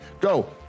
Go